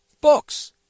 books